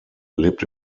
lebt